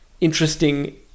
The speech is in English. interesting